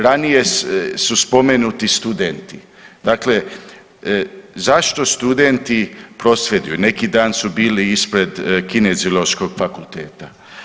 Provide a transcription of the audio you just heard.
Ranije su spomenuti studenti, dakle zašto studenti prosvjeduju, neki dan su bili ispred Kineziološkog fakulteta.